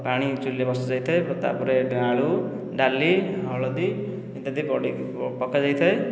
ପାଣି ଚୁଲିରେ ବସାଯାଇଥାଏ ତା'ପରେ ଆଳୁ ଡାଲି ହଳଦୀ ଇତ୍ୟାଦି ପକାଯାଇଥାଏ